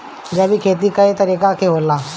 जैविक खेती कए तरह के होखेला?